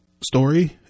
story